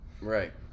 Right